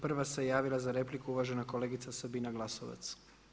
Prva se javila za repliku uvažena kolegica Sabina Glasovac.